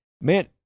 man